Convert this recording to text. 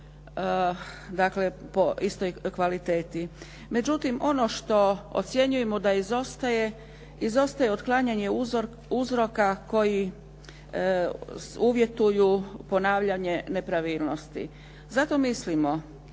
dakle po istoj kvaliteti. Međutim, ono što ocjenjujemo da izostaje, izostaje otklanjanje uzroka koji uvjetuju ponavljanje nepravilnosti. Zato mislimo